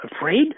afraid